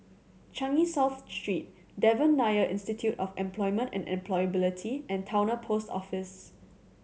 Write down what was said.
Changi South Street Devan Nair Institute of Employment and Employability and Towner Post Office